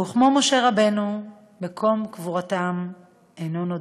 וכמו משה רבנו מקום קבורתם אינו נודע,